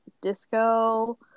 disco